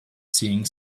seeing